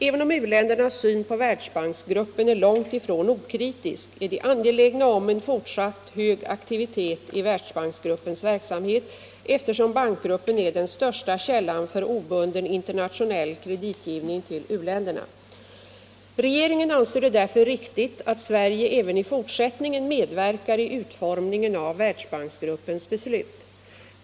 Även om u-ländernas syn på Världsbanksgruppen är långt ifrån okritisk, är de angelägna om en fortsatt hög aktivitet i Världsbanksgruppens verksamhet, eftersom bankgruppen är den största källan för obunden internationell kreditgivning till u-länderna. Regeringen anser det därför riktigt att Sverige även i fortsättningen medverkar i utformningen av Världsbanksgruppens beslut.